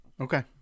Okay